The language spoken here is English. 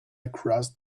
across